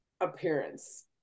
appearance